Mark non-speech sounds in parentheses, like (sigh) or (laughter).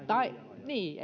niin (unintelligible)